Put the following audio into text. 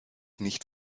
nicht